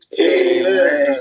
Amen